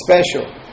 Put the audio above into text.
special